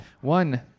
one